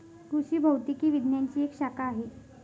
कृषि भौतिकी विज्ञानची एक शाखा आहे